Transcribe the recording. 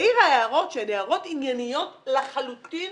העירה הערות שהן הערות ענייניות לחלוטין